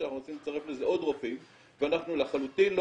שאנחנו רוצים לצרף לזה עוד רופאים ואנחנו לחלוטין לא